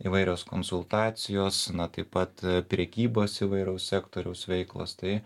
įvairios konsultacijos na taip pat prekybos įvairaus sektoriaus veiklos tai